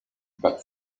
but